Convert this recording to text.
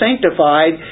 sanctified